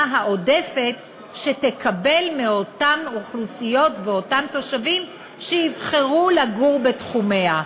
העודפת שהיא תקבל מאותן אוכלוסיות ואותם תושבים שיבחרו לגור בתחומיה.